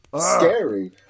scary